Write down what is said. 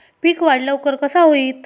पीक वाढ लवकर कसा होईत?